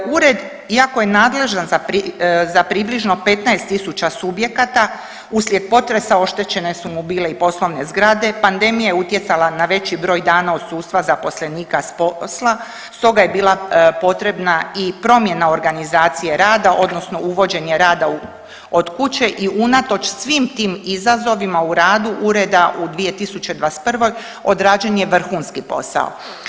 Ured, iako je nadležan za približno 15.000 subjekata uslijed potresa oštećene su mu bile i poslovne zgrade, pandemija je utjecala na veći broj odsustva zaposlenika s posla stoga je bila potrebna promjena organizacije rada odnosno uvođenje rada od kuće i unatoč svim tim izazovima u radu ureda u 2021. odrađen je vrhunski posao.